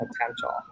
potential